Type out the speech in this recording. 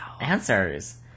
answers